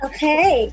Okay